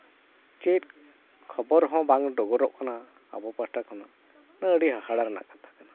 ᱪᱮᱫ ᱠᱷᱚᱵᱚᱨ ᱦᱚᱸ ᱵᱟᱝ ᱰᱚᱜᱚᱨᱚᱜ ᱠᱟᱱᱟ ᱟᱵᱚ ᱯᱟᱦᱟᱴᱟ ᱠᱷᱚᱱᱟ ᱱᱚᱣᱟᱫᱚ ᱟᱹᱰᱤ ᱦᱟᱦᱟᱲᱟ ᱨᱮᱱᱟᱜ ᱟᱛᱷᱟ ᱠᱟᱱᱟ